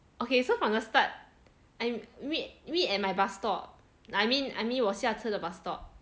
okay so from the start I meet meet at my bus stop I mean I mean 我下车的 bus stop